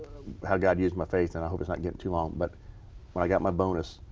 how god used my faith. and i hope it's not getting too long. but when i got my bonus.